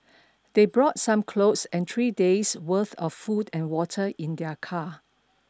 they brought some clothes and three days' worth of food and water in their car